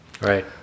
Right